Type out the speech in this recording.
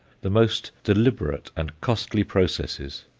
the most deliberate and costly processes,